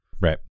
Right